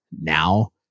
now